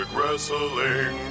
Wrestling